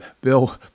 Bill